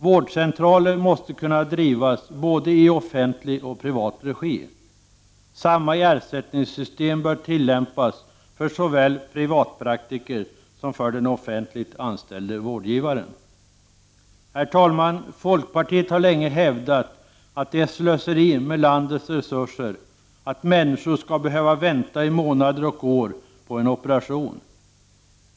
Vårdcentraler måste kunna drivas både i offentlig och i privat regi. Samma ersättningssystem bör tillämpas för såväl privatpraktiker som den offentligt anställde vårdgivaren. Herr talman! Vi i folkpartiet har länge hävdat att det är slöseri med landets resurser att människor skall behöva vänta i månader eller år på en operation.